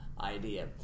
idea